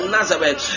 Nazareth